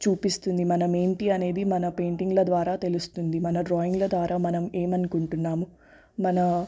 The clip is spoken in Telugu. చూపిస్తుంది మనమేంటి అనేది మన పెయింటింగ్ల ద్వారా తెలుస్తుంది మన డ్రాయింగ్ల ద్వారా మనం ఏమని అనుకుంటున్నాము మన